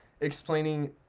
explaining